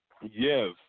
yes